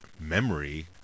memory